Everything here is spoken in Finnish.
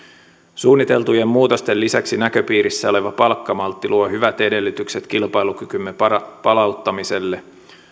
suunniteltujen muutosten lisäksi näköpiirissä oleva palkkamaltti luo hyvät edellytykset kilpailukykymme palauttamiselle